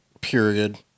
period